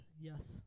Yes